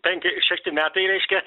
penki šešti metai reiškia